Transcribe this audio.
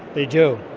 they do.